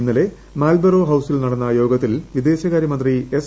ഇന്നലെ മാൽബറോ ഹൌസിൽ നടന്ന യോഗത്തിൽ വിദേശകാര്യമന്ത്രി എസ്